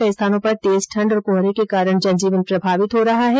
कई स्थानों पर तेज ठण्ड और कोहरे के कारण जनजीवन प्रभावित हो रहा है